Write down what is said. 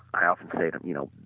i often say them, you know,